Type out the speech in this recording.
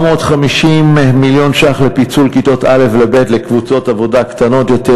450 מיליון ש"ח לפיצול כיתות א'-ב' לקבוצות עבודה קטנות יותר,